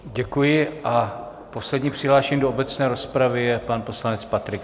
Děkuji a poslední přihlášený do obecné rozpravy je pan poslanec Patrik Nacher.